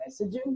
messaging